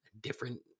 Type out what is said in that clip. different